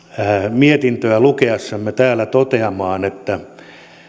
mietintöä lukiessamme täällä toteamaan että